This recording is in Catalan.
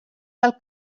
del